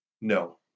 No